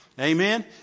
Amen